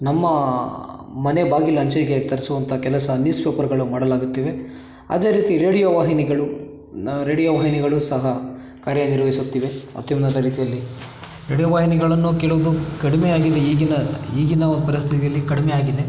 ನಮ್ಮ ಮನೆ ಬಾಗಿಲಂಚಿಗೆ ತರಿಸುವಂಥ ಕೆಲಸ ನ್ಯೂಸ್ ಪೇಪರ್ಗಳು ಮಾಡಲಾಗುತ್ತಿವೆ ಅದೇ ರೀತಿ ರೇಡಿಯೋ ವಾಹಿನಿಗಳು ನ ರೇಡಿಯೋ ವಾಹಿನಿಗಳು ಸಹ ಕಾರ್ಯನಿರ್ವಹಿಸುತ್ತಿವೆ ಅತ್ಯುನ್ನತ ರೀತಿಯಲ್ಲಿ ರೇಡಿಯೋ ವಾಹಿನಿಗಳನ್ನು ಕೇಳುವುದು ಕಡಿಮೆ ಆಗಿದೆ ಈಗಿನ ಈಗಿನ ಪರಿಸ್ಥಿತಿಯಲ್ಲಿ ಕಡಿಮೆ ಆಗಿದೆ